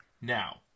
Now